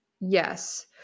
Yes